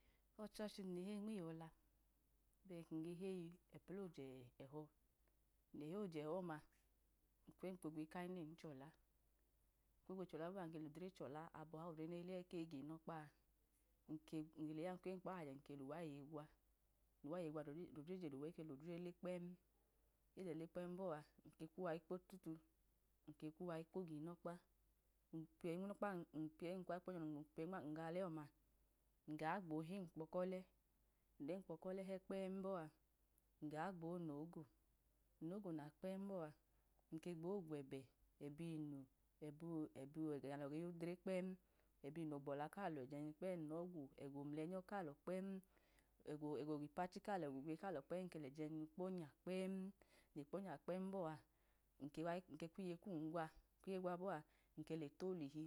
Ọchọchi num le heyi nmiyọla, bẹn kum ge heyi ẹploje ẹho̱, ẹploje ẹhọ ọma nkwemkpọ ogwige kanyinen ichọla, ʒlemkpọ chọla bọa nge lodre chola abọ oha, ldre neyi le ẹ ke gunọkpa, nlodre aya nke kwemkpọ a iwajẹ n ke luwa iye gwa, luwa iye gwa lodre je luwa eke lele kpem, ele le kpẹm bọa, nke kwuw akpo tulai, nke kmuwa ikpo gumọkpa, npiyẹyi nmunọkpa npiyeyi num ga ọlẹ ọma, nga gbo hemkpọ kọlẹ, nlemkpọ kọlẹ hẹmẹ kpẹm bọa, nga gbo nogo, nogo na kpẹm bọa, nke gbo gwẹbẹ, ebmu, ẹbẹ ẹgu nalọ ge yodre kpẹm ẹbẹ inu ogbọla kalọ chẹ nyọyi gwega onulẹyọ kplọ kpẹm, ega ẹgo gipnachi kalọ ẹga gwiye kalọ kpẹm, n lejejinu kpo nya kpẹm, n le kpo nya kpẹm bọa, nke kwiye kum gwa, n kwiye igwa kpẹm bọa nkele tolihi.